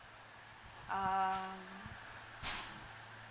um